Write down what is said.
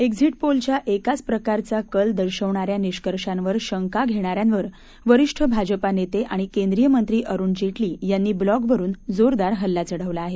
exit पोलच्या एकाच प्रकारचा कल दर्शवणाऱ्या निष्कर्षांवर शंका घेणाऱ्यांवर वरिष्ठ भाजपा नेते आणि केंद्रीय मंत्री अरुण जेटली यांनी ब्लॉगवरुन जोरदार हल्ला चढवला आहे